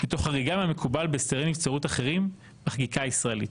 מתוך חריגה מהמקובל בהסדרי נבצרות אחרים בחקיקה הישראלית.